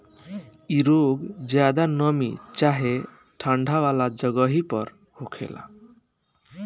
इ रोग ज्यादा नमी चाहे ठंडा वाला जगही पर होखेला